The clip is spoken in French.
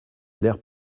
l’air